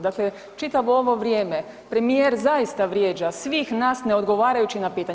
Dakle, čitavo ovo vrijeme premijer zaista vrijeđa svih nas ne odgovarajući na pitanja.